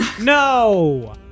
No